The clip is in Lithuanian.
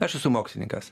aš esu mokslininkas